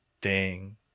ding